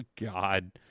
God